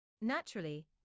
Naturally